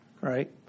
Right